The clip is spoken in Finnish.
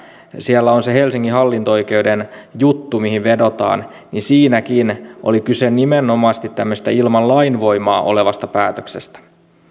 siellä on se helsingin hallinto oikeuden juttu mihin vedotaan että siinäkin oli kyse nimenomaisesti tämmöisestä ilman lainvoimaa olevasta päätöksestä